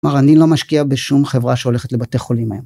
כלומר, אני לא משקיע בשום חברה שהולכת לבתי חולים היום.